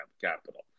capital